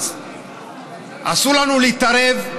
אסור לנו להתערב?